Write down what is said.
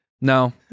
No